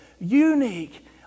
unique